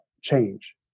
change